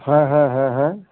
हाँ हाँ हाँ हाँ